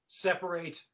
separate